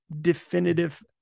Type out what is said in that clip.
definitive